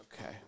Okay